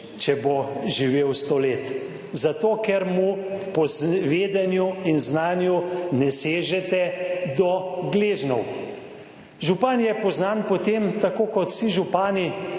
če bo živel sto let. Zato ker mu po vedenju in znanju ne sežete do gležnjev. Župan je poznan po tem, tako kot vsi župani,